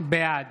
בעד